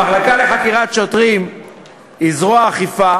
המחלקה לחקירות שוטרים היא זרוע אכיפה